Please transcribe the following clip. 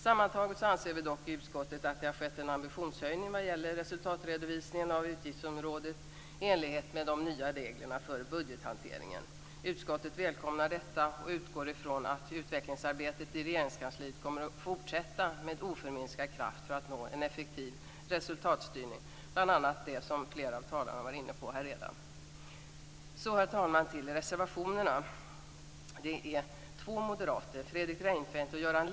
Sammantaget anser vi dock i utskottet att det har skett en ambitionshöjning vad gäller resultatredovisningen av utgiftsområdet i enlighet med de nya reglerna för budgethanteringen. Utskottet välkomnar detta och utgår från att utvecklingsarbetet i Regeringskansliet kommer att fortsätta med oförminskad kraft för att nå en effektiv resultatstyrning, bl.a. det som flera talare redan har varit inne på. Så går jag, herr talman, över till reservationerna.